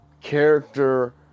character